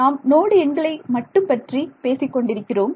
நாம் நோடு எண்களை மட்டும் பற்றி பேசிக் கொண்டிருக்கிறோம்